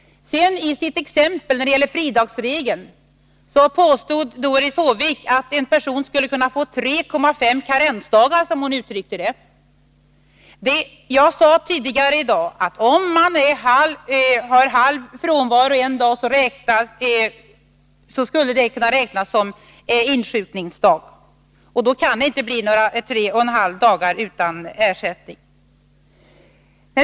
I sitt exempel beträffande fridagsregeln påstod Doris Håvik att en person skulle kunna få 3,5 karensdagar, som hon uttryckte det. Jag sade tidigare i dag att om man har halv frånvaro en dag, skulle den dagen kunna räknas såsom insjuknandedag. Då kan det inte bli några 3,5 dagar utan ersättning.